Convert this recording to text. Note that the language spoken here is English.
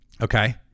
okay